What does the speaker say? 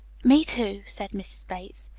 me, too! said mrs. bates.